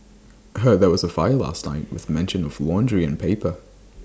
heard there was A fire last night with mention of laundry and paper